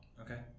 Okay